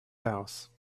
house